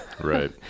Right